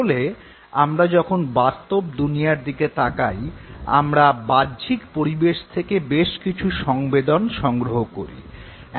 আসলে আমরা যখন বাস্তব দুনিয়ার দিকে তাকাই আমরা বাহ্যিক পরিবেশ থেকে বেশ কিছু সংবেদন সংগ্রহ করি